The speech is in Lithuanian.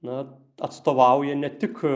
na atstovauja ne tik